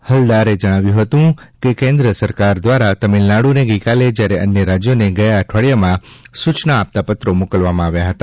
હલ્દારે જણાવ્યું હતું કે કેન્દ્ર સરકાર દ્વારા તમિલનાડુને ગઈકાલે જ્યારે અન્ય રાજ્યોને ગયા અઠવાડિયામાં સૂચના આપતાં પત્રો મોકલવામાં આવ્યા હતા